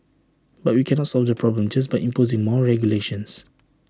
but we cannot solve this problem just by imposing more regulations